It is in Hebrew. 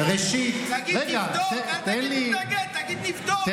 ראשית, רגע, תן לי, תגיד: נבדוק, אל תגיד: מתנגד.